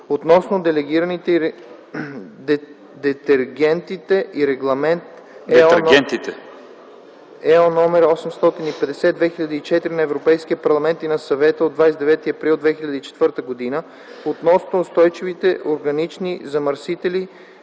относно детергентите и Регламент (ЕО) № 850/2004 на Европейския парламент и на Съвета от 29 април 2004 г. относно устойчивите органични замърсители